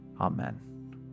amen